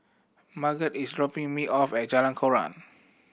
Margot is dropping me off at Jalan Koran